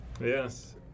Yes